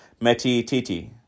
metititi